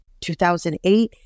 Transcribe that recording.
2008